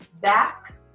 back